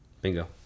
bingo